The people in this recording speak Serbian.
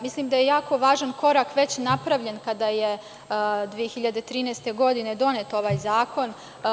Mislim da je jako važan korak već napravljen kada je 2013. godine donet ovaj zakon.